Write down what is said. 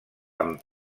amb